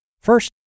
First